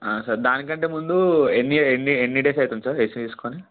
sir దానికంటే ముందు ఎన్ని ఎన్ని ఎన్ని డేస్ అవుతుంది సార్ ఏసీ వేసుకొని